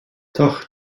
though